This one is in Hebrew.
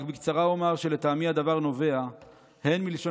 רק בקצרה אומר שלטעמי הדבר נובע הן מלשון